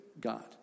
God